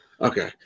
Okay